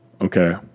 okay